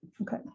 Okay